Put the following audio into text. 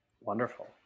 Wonderful